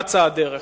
אצה הדרך.